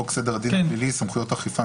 חוק סדר הדין הפלילי (סמכויות אכיפה,